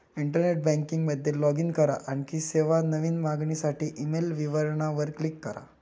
internet banking मध्ये log in करा, आणखी सेवा, नवीन मागणीसाठी ईमेल विवरणा वर क्लिक करा